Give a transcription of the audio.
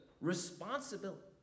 responsibility